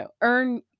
earn